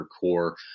core